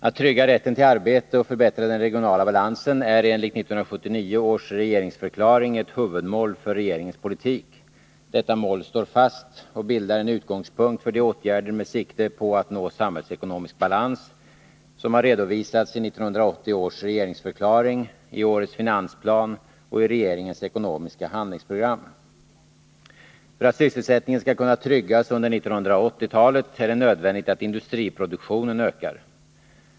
Att trygga rätten till arbete och förbättra den regionala balansen är enligt 1979 års regeringsförklaring ett huvudmål för regeringens politik. Detta mål står fast och bildar en utgångspunkt för de åtgärder med sikte på att nå samhällsekonomisk balans som har redovisats i 1980 års regeringsförklaring, i årets finansplan och i regeringens ekonomiska handlingsprogram. För att sysselsättningen skall kunna tryggas under 1980-talet är det nödvändigt att industriproduktionen ökar.